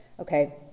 Okay